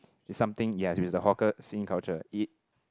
is something yes if is the hawker scene culture it